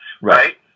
right